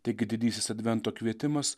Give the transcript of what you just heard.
taigi didysis advento kvietimas